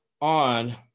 on